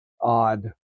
odd